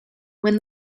when